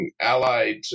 allied